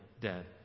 dead